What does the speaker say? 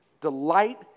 Delight